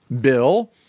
bill